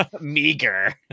meager